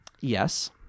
Yes